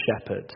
shepherd